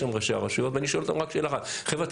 עם ראשי הרשויות ואני שואל אותם רק שאלה אחת: חבר'ה,